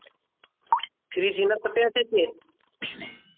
fridge ᱦᱮᱱᱟᱜ ᱛᱟᱯᱮᱭᱟ ᱥᱮ ᱪᱮᱫ